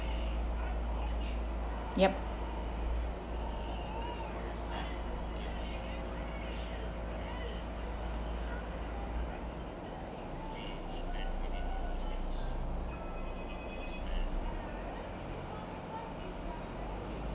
yup